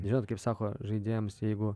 žinot kaip sako žaidėjams jeigu